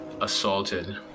assaulted